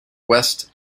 west